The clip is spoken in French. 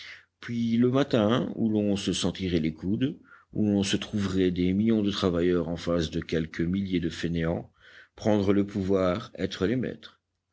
puis le matin où l'on se sentirait les coudes où l'on se trouverait des millions de travailleurs en face de quelques milliers de fainéants prendre le pouvoir être les maîtres